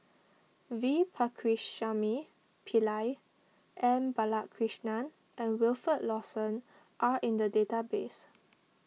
V Pakirisamy Pillai M Balakrishnan and Wilfed Lawson are in the database